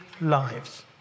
lives